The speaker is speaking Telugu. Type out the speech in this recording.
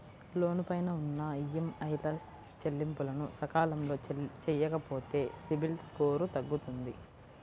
లోను పైన ఉన్న ఈఎంఐల చెల్లింపులను సకాలంలో చెయ్యకపోతే సిబిల్ స్కోరు తగ్గుతుంది